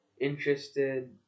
interested